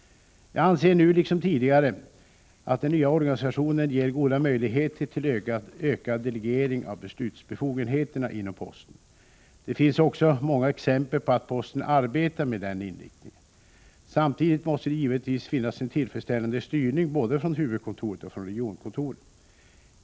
Jag anser nu liksom tidigare att den nya organisationen ger goda möjligheter till ökad delegering av beslutsbefogenheterna inom posten. Det finns också många exempel på att posten arbetar med den inriktningen. Samtidigt måste det givetvis finnas en tillfredsställande styrning både från huvudkontoret och från regionkontoren.